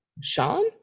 Sean